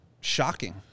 shocking